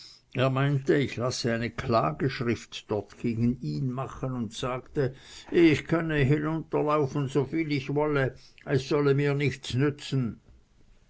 er meinte ich lasse eine klageschrift dort gegen ihn machen und sagte ich könne hinunterlaufen so viel ich wolle es solle mir nichts nützen